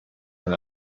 man